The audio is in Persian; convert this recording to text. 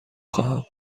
خواهم